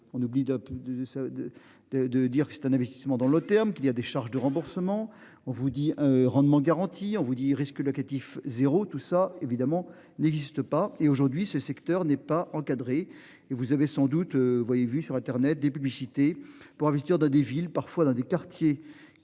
de de de de dire que c'est un investissement dans le terme qu'il y a des charges de remboursement on vous dit, rendement garanti. On vous dit risques locatifs zéro tout ça évidemment n'existe pas et aujourd'hui ce secteur n'est pas encadrée et vous avez sans doute voyez vu sur Internet des publicités pour investir dans des villes, parfois dans des quartiers